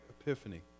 Epiphany